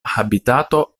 habitato